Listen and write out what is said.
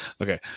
Okay